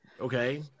okay